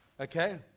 okay